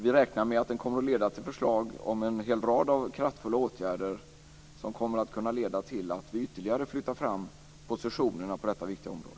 Vi räknar med att detta kommer att leda fram till förslag om en rad kraftfulla åtgärder så att vi ytterligare kan flytta fram positionerna på detta viktiga område.